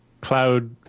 cloud